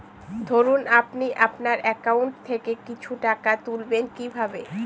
ধরুন আপনি আপনার একাউন্ট থেকে কিছু টাকা তুলবেন কিভাবে?